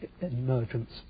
emergence